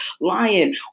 lion